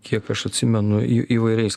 kiek aš atsimenu įvairiais